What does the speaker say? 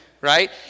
right